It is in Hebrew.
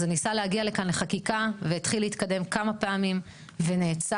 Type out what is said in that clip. זה ניסה להגיע לכאן לחקיקה והתחיל להתקדם כמה פעמים ונעצר.